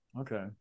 okay